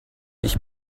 ich